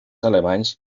alemanys